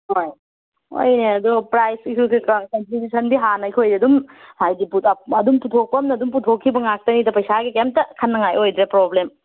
ꯍꯣꯏ ꯍꯣꯏꯅꯦ ꯑꯗꯣ ꯄ꯭ꯔꯥꯏꯁꯇꯣ ꯀꯩꯀꯥ ꯀꯟꯇ꯭ꯔꯤꯕꯨꯁꯟꯗꯤ ꯍꯥꯟꯅ ꯑꯩꯈꯣꯏ ꯑꯗꯨꯝ ꯍꯥꯏꯗꯤ ꯑꯗꯨꯝ ꯄꯨꯊꯣꯛꯄ ꯑꯃꯅ ꯄꯨꯊꯣꯛꯈꯤꯕ ꯉꯥꯛꯇꯅꯤꯗ ꯄꯩꯁꯥꯒꯤ ꯀꯩꯌꯤꯝꯇ ꯈꯟꯅꯉꯥꯏ ꯑꯣꯏꯗ꯭ꯔꯦ ꯄ꯭ꯔꯣꯕ꯭ꯂꯦꯝ